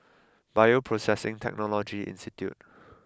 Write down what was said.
Bioprocessing Technology Institute